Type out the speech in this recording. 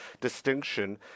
distinction